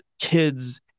kids